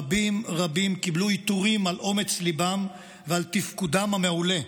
רבים רבים קיבלו עיטורים על אומץ ליבם ועל תפקודם המעולה,